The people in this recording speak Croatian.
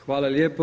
Hvala lijepo.